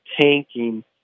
tanking